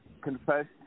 confessed